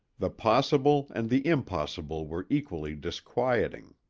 the possible and the impossible were equally disquieting.